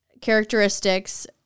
characteristics